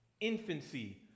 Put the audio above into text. infancy